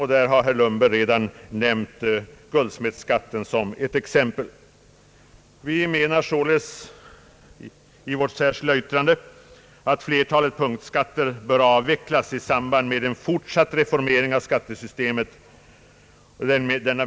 Herr Lundberg har redan nämnt guldsmedsskatten som ett exempel. Vi menar således i vårt särskilda yttrande att flertalet punktskatter bör avvecklas i samband med en fortsatt reformering av skattesystemet.